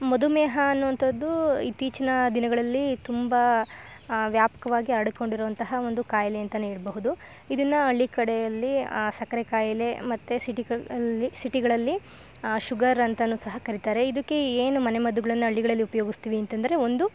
ಮಧುಮೇಹ ಅನ್ನುವಂಥದ್ದು ಇತ್ತೀಚಿನ ದಿನಗಳಲ್ಲಿ ತುಂಬ ವ್ಯಾಪಕವಾಗಿ ಹರ್ಡ್ಕೊಂಡಿರುವಂತಹ ಒಂದು ಖಾಯ್ಲೆ ಅಂತಾ ಹೇಳ್ಬಹುದು ಇದನ್ನು ಹಳ್ಳಿ ಕಡೆಯಲ್ಲಿ ಸಕ್ಕರೆ ಖಾಯ್ಲೆ ಮತ್ತು ಸಿಟಿಗಳ ಅಲ್ಲಿ ಸಿಟಿಗಳಲ್ಲಿ ಶುಗರ್ ಅಂತಾ ಸಹ ಕರಿತಾರೆ ಇದಕ್ಕೆ ಏನು ಮನೆಮದ್ದುಗಳನ್ನ ಹಳ್ಳಿಗಳಲ್ಲಿ ಉಪಯೋಗಿಸ್ತಿವಿ ಅಂತಂದರೆ ಒಂದು